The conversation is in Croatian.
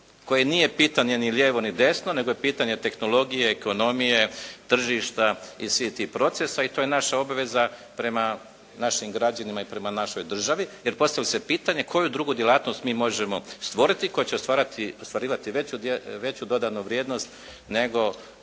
koji nije pitanje ni lijevo, ni desno, nego je pitanje tehnologije, ekonomije, tržišta i svih tih procesa i to je naša obveza prema našim građanima i prema našoj državi, jer postavlja se pitanje koju drugu djelatnost mi možemo stvoriti, tko će ostvarivati veću dodanu vrijednost nego